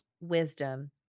wisdom